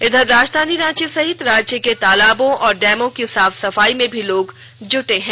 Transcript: इधर राजधानी रांची सहित राज्य के तालाबों और डैमों की साफ सफाई में भी लोग जुटे हैं